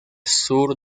sur